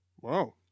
Wow